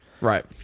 Right